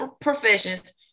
professions